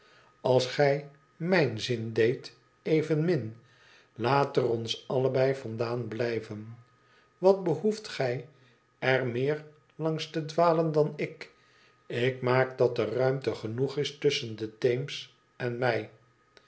ab gij mij n zin deedt evenmin laat er ons allebei vandaan blijven wat behoeft gij er meer langs te dwalen dan ik ik maak dat er ruimte genoeg is tusschen den theems en mij